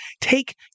take